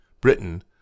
Britain